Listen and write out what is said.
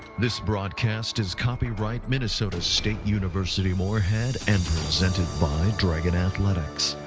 this broadcast is copyright minnesota state university moorhead and presented by dragon athletics.